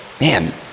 man